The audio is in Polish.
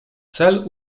cel